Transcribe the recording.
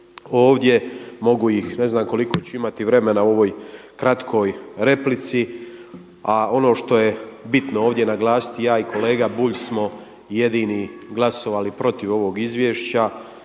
ovdje, mogu ih ne znam koliko ću imati vremena u ovoj kratkoj replici, a ono što je bitno ovdje naglasiti ja i kolega Bulj smo jedini glasovali protiv ovog izvješća